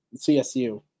CSU